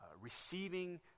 receiving